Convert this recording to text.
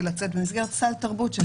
כדי לצאת במסגרת סל תרבות.